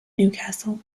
newcastle